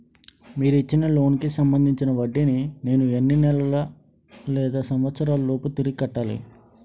మీరు ఇచ్చిన లోన్ కి సంబందించిన వడ్డీని నేను ఎన్ని నెలలు లేదా సంవత్సరాలలోపు తిరిగి కట్టాలి?